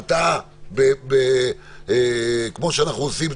הרתעה כמו שאנחנו עושים.